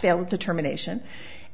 fail determination